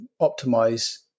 optimize